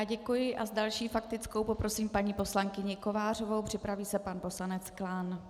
Děkuji a s další faktickou poprosím paní poslankyni Kovářovou, připraví se pan poslanec Klán.